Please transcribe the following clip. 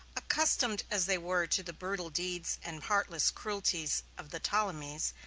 accustomed as they were to the brutal deeds and heartless cruelties of the ptolemies,